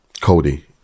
Cody